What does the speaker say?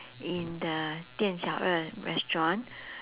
in the dian xiao er restaurant